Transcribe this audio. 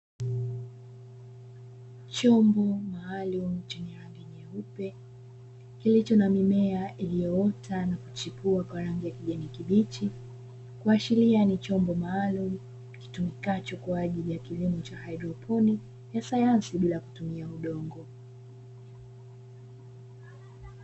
Chombo maalumu chenye rangi nyeupe kilicho na mimea iliyoota na kuchipua kwa rangi ya kijani kibichi, kuashiria ni chombo maalumu kitumikacho kwa kilimo cha haidroponi ya sayansi bila kutumia udongo.